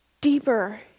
deeper